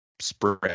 spread